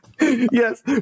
yes